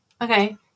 Okay